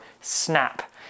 snap